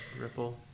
ripple